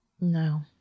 no